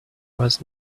was